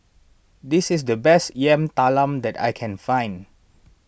this is the best Yam Talam that I can find